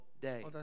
day